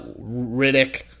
Riddick